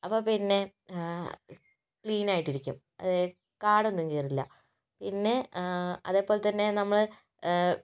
അപ്പം പിന്നെ ക്ലീൻ ആയിട്ടിരിക്കും അതായത് കാടൊന്നും കയറില്ല പിന്നെ അതേപോലെതന്നെ നമ്മള്